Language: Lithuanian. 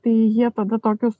tai jie tada tokius